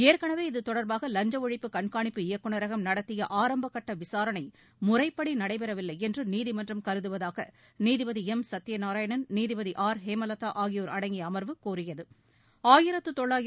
ஏற்கனவே இதுதொடர்பாக லஞ்ச ஒழிப்பு கண்காணிப்பு இயக்குநரகம் நடத்திய ஆரம்பகட்ட விசாரணை முறைப்படி நடைபெறவில்லை என்று நீதிமன்றம் கருதுவதாக நீதிபதி எம் சத்யநாராயணன் நீதிபதி ஆர் ஹேமலதா ஆகியோர் அடங்கிய அம்வு கூறியது